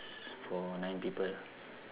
for nine people